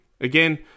Again